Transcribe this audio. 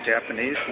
Japanese